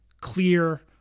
clear